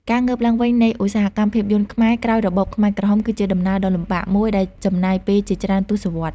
ការងើបឡើងវិញនៃឧស្សាហកម្មភាពយន្តខ្មែរក្រោយរបបខ្មែរក្រហមគឺជាដំណើរដ៏លំបាកមួយដែលចំណាយពេលជាច្រើនទសវត្សរ៍។